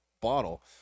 bottle